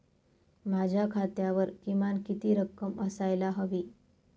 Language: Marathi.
माझ्या खात्यावर किमान किती रक्कम असायला हवी?